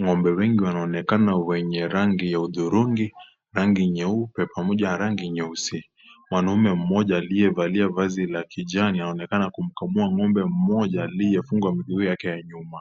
Ng'ombe wengi wanaonekana wenye rangi ya hudhurungi, rangi nyeupe pamoja na rangi nyeusi. Mwanamume mmoja aliyevalia vazi la kijani aonekana kumkamua ng'ombe mmoja aliyefungwa miguu yake ya nyuma.